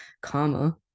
karma